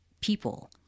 people